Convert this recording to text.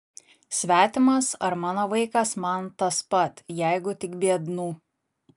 svetimas ar mano vaikas man tas pat jeigu tik biednų